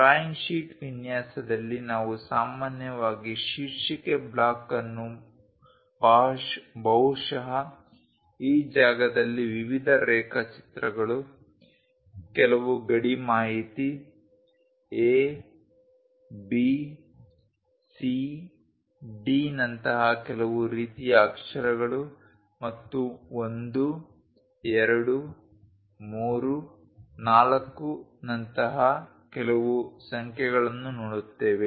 drawing sheet ವಿನ್ಯಾಸದಲ್ಲಿ ನಾವು ಸಾಮಾನ್ಯವಾಗಿ ಶೀರ್ಷಿಕೆ ಬ್ಲಾಕ್ ಅನ್ನು ಬಹುಶಃ ಈ ಜಾಗದಲ್ಲಿ ವಿವಿಧ ರೇಖಾಚಿತ್ರಗಳು ಕೆಲವು ಗಡಿ ಮಾಹಿತಿ A B C D ನಂತಹ ಕೆಲವು ರೀತಿಯ ಅಕ್ಷರಗಳು ಮತ್ತು 1 2 3 4 ನಂತಹ ಕೆಲವು ಸಂಖ್ಯೆಗಳನ್ನು ನೋಡುತ್ತೇವೆ